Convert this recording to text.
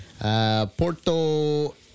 Porto